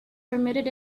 permitted